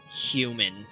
human